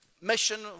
mission